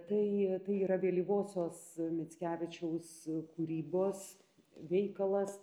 tai tai yra vėlyvosios mickevičiaus kūrybos veikalas